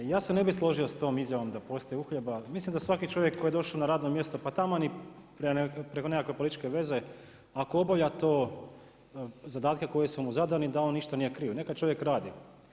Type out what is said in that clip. Ja se ne bi složio s tom izjavom da postoji uhljeba, mislim da svaki čovjek koji je došao na radno mjesto pa taman i preko nekakve političke veze, ako obavlja zadatke koji su mu zadani, da on ništa nije kriv, neka čovjek radi.